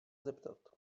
zeptat